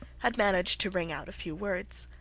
had managed to wring out a few words.